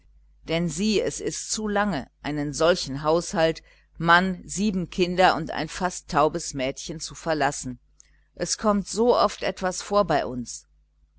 denn sieh es ist zu lange einen solchen haushalt mann sieben kinder und ein fast taubes mädchen zu verlassen es kommt so oft etwas vor bei uns